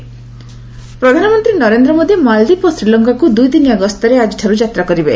PM ମାଳଦ୍ୱୀପ tour ପ୍ରଧାନମନ୍ତ୍ରୀ ନରେନ୍ଦ୍ର ମୋଦି ମାଳଦୀପ ଓ ଶ୍ରୀଲଙ୍କାକୁ ଦୁଇଦିନିଆ ଗସ୍ତରେ ଆଜିଠାରୁ ଯାତ୍ରା କରିବେ